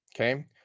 Okay